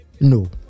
No